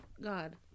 God